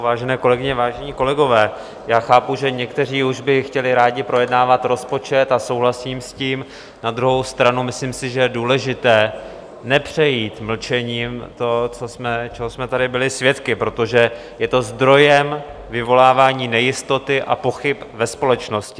Vážené kolegyně, vážení kolegové, chápu, že někteří už by chtěli rádi projednávat rozpočet, a souhlasím s tím, na druhou stranu si myslím, že je důležité nepřejít mlčením to, čeho jsme tady byli svědky, protože je to zdrojem vyvolávání nejistoty a pochyb ve společnosti.